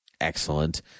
Excellent